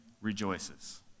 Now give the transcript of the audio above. rejoices